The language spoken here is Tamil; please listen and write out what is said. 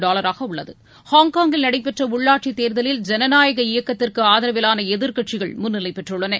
ஹாங்காங்கில் நடைபெற்ற உள்ளாட்சித் தேர்தலில் ஜனநாயக இயக்கத்திற்கு ஆதரவிலான எதிர்க்கட்சிகள் முன்னிலை பெற்றுள்ளன